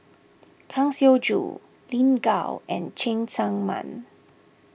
Kang Siong Joo Lin Gao and Cheng Tsang Man